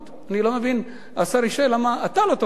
אני לא מבין, השר ישי, למה אתה לא תוביל את זה.